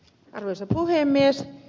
arvoisa puhemies